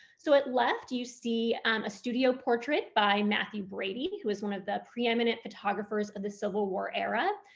so at left, you see a studio portrait by matthew brady, who is one of the preeminent photographers of the civil war era,